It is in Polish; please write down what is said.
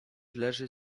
leży